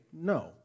no